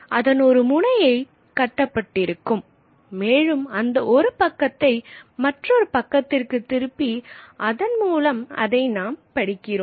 அதன் ஒரு முனை கட்டப்பட்டிருக்கும் மேலும் அந்த ஒரு பக்கத்தை மற்றொரு பக்கத்திற்கு திருப்பி அதன் மூலம் அதை நாம் படிக்கிறோம்